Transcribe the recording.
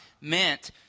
meant